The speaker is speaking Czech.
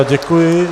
Děkuji.